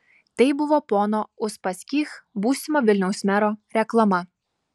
tai buvo pono uspaskich būsimo vilniaus mero reklama